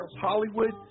Hollywood